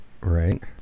Right